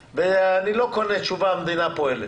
ואני לא קונה תשובה האומרת שהמדינה פועלת.